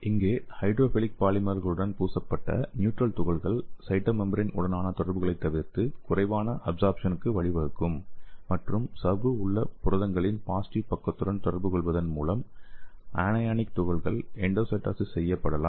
இங்கே ஹைட்ரோஃபிலிக் பாலிமர்களுடன் பூசப்பட்ட நியூட்ரல் துகள்கள் சைட்டோமெம்பிரேன் உடனான தொடர்புகளை தவிர்த்து குறைவான அப்ஸார்ப்சனுக்கு வழிவகுக்கும் மற்றும் சவ்வு உள்ள புரதங்களின் பாசிடிவ் பக்கத்துடன் தொடர்புகொள்வதன் மூலம் அனயானிக் துகள்கள் எண்டோசைட்டோசிஸ் செய்யப்படலாம்